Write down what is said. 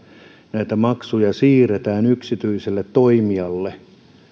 näitä maksuja siirretään yksityiselle toimijalle